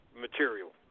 material